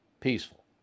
Peaceful